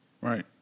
Right